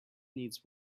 needs